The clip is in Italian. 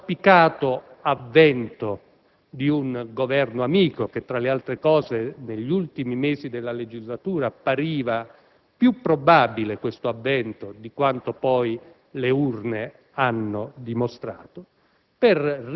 l'auspicato avvento di un Governo amico (che, tra le altre cose, negli ultimi mesi della legislatura appariva più probabile di quanto poi le urne hanno rappresentato)